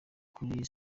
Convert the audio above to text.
kuri